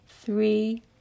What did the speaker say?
three